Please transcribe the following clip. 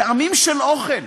טעמים של אוכל,